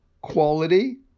Quality